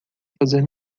fazer